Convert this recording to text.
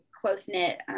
close-knit